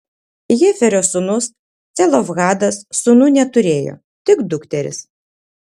hefero sūnus celofhadas sūnų neturėjo tik dukteris